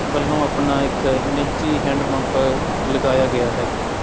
ਵੱਲੋਂ ਆਪਣਾ ਇੱਕ ਨਿੱਜੀ ਹੈਂਡ ਪੰਪ ਲਗਾਇਆ ਗਿਆ ਹੈ